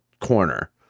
corner